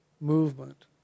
movement